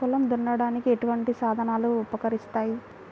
పొలం దున్నడానికి ఎటువంటి సాధనలు ఉపకరిస్తాయి?